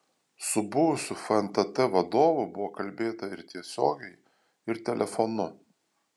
su buvusiu fntt vadovu buvo kalbėta ir tiesiogiai ir telefonu